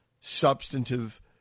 substantive